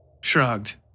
shrugged